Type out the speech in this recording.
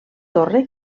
torre